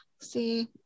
see